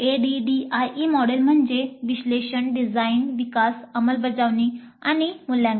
ADDIE model म्हणजे विश्लेषण design विकास अंमलबजावणी आणि मूल्यांकन